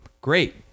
Great